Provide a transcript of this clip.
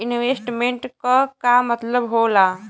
Investment क का मतलब हो ला?